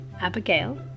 abigail